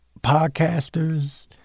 podcasters